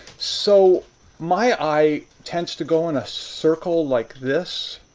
so my eye tends to go in a circle like this.